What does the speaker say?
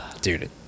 dude